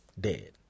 dead